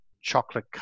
chocolate